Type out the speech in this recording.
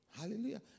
Hallelujah